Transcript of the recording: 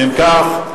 אם כך,